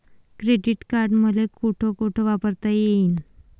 Credit card मले कोठ कोठ वापरता येईन?